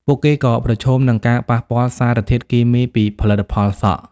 ពួកគេក៏ប្រឈមនឹងការប៉ះពាល់សារធាតុគីមីពីផលិតផលសក់។